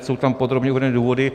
Jsou tam podrobně uvedeny důvody.